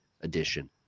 edition